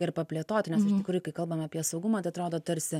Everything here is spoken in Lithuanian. ir paplėtoti nes iš tikrųjų kai kalbam apie saugumą tai atrodo tarsi